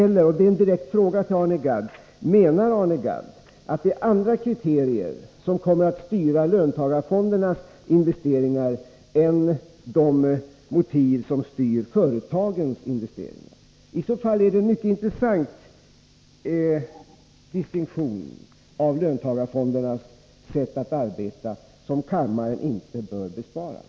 Jag vill ställa en direkt fråga: Menar Arne Gadd att andra kriterier kommer att styra löntagarfondernas investeringar än de motiv som styr företagens investeringar? I så fall är det en mycket intressant distinktion av löntagarfondernas sätt att arbeta som kammaren inte bör besparas.